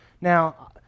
Now